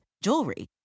jewelry